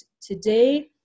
today